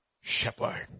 Shepherd